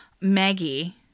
Maggie